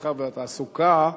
המסחר והתעסוקה,